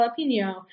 jalapeno